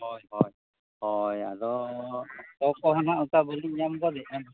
ᱦᱚᱭ ᱦᱚᱭ ᱦᱚᱭ ᱟᱫᱚ ᱚᱠᱛᱚ ᱱᱟᱦᱟᱜ ᱚᱱᱠᱟ ᱵᱟᱹᱞᱤᱧ ᱧᱟᱢᱮᱫᱟ ᱮᱱᱠᱷᱟᱱ